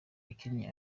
wakinnye